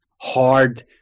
hard